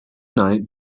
night